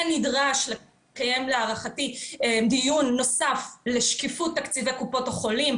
כן נדרש להערכתי לקיים דיון נוסף לשקיפות תקציבי קופות החולים,